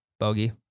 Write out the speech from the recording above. Bogey